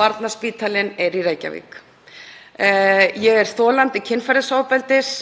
Barnaspítalinn er í Reykjavík. Ég er þolandi kynferðisofbeldis.